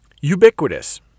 ubiquitous